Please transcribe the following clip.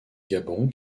gabon